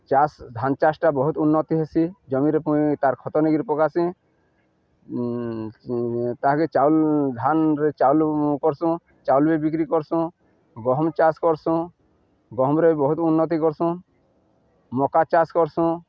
ଚାଷ୍ ଧାନ୍ ଚାଷ୍ଟା ବହୁତ୍ ଉନ୍ନତି ହେସି ଜମିରେ ମୁଇଁ ତାର୍ ଖତ ନେଇ କରି ପକାସି ତାହାକେ ଚାଉଲ୍ ଧାନ୍ରେ ଚାଉଲ୍ କର୍ସୁଁ ଚାଉଲ୍ ବି ବିକ୍ରି କର୍ସୁଁ ଗହମ୍ ଚାଷ୍ କର୍ସୁଁ ଗହମ୍ରେ ବି ବହୁତ୍ ଉନ୍ନତି କର୍ସୁଁ ମକା ଚାଷ୍ କର୍ସୁଁ